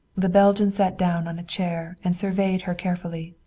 the belgian sat down on a chair and surveyed her carefully.